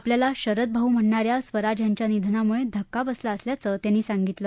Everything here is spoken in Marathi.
आपल्याला शरदभाऊ म्हणणा या स्वराज यांच्या निधनामुळे धक्का बसला असल्याचं त्यांनी सांगितलं